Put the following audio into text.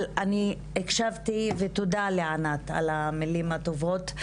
אבל אני הקשבתי, ותודה לענת על המילים הטובות.